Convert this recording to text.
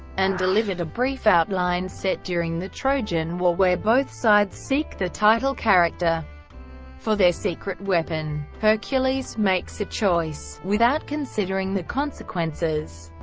and delivered a brief outline set during the trojan war where both sides seek the title character for their secret weapon. hercules makes a choice, without considering the consequences,